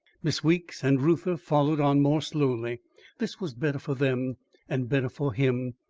miss weeks and reuther followed on more slowly this was better for them and better for him,